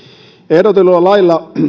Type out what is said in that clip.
ehdotetulla lailla